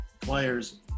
players